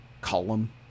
Column